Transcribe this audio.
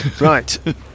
Right